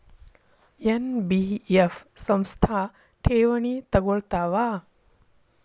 NBF ಸಂಸ್ಥಾ ಠೇವಣಿ ತಗೋಳ್ತಾವಾ?